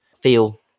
feel